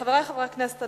חברי חברי הכנסת,